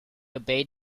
obeyed